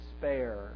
despair